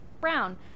Brown